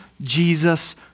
Jesus